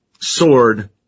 sword